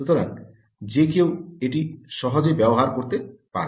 সুতরাং যে কেউ এটি সহজেই ব্যবহার করতে পারে